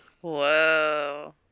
Whoa